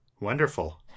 Wonderful